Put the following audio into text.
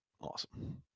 Awesome